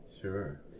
sure